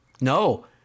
No